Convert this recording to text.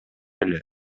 эле